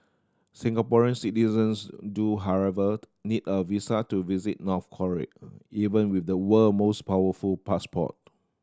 Singaporean citizens do however need a visa to visit North Korea even with the world most powerful passport